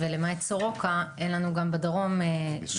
ולמעט סורוקה אין לנו גם בדרום שום אפשרות.